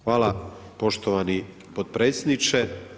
Hvala poštovani potpredsjedniče.